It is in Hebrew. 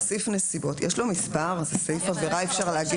זה לא סעיף עבירה בפני עצמו.